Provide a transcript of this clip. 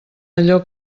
allò